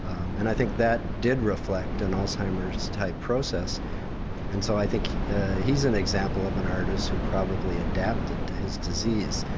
um and i think that did reflect an alzheimer's type process and so i think he's an example of an artist who probably adapted to his disease.